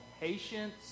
patience